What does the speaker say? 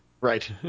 Right